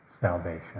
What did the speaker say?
salvation